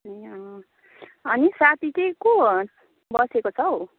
ए अँ अनि साथी चाहिँ को बसेको छ हौ